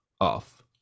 off